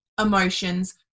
emotions